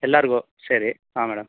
ಎಲ್ಲರಿಗು ಸೇರಿ ಹಾಂ ಮೇಡಮ್